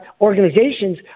organizations